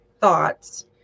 thoughts